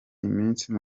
iminsi